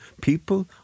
people